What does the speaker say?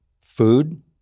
food